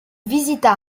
visita